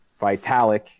Vitalik